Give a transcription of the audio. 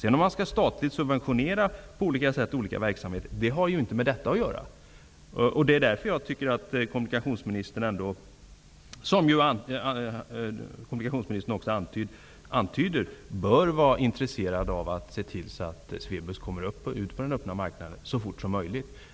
Frågan om staten skall subventionera olika verksamheter har inte med detta att göra. Därför tycker jag att kommunikationsministern bör vara intresserad av -- han antyder också detta -- att se till att Swebus kommer ut på den öppna marknaden så fort som möjligt.